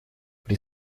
при